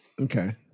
Okay